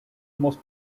must